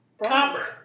copper